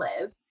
live